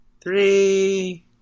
Three